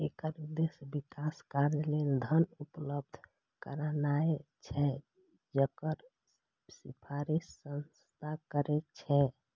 एकर उद्देश्य विकास कार्य लेल धन उपलब्ध करेनाय छै, जकर सिफारिश सांसद करै छै